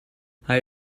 hij